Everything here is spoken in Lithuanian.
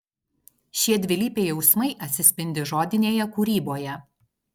šie dvilypiai jausmai atsispindi žodinėje kūryboje